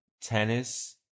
tennis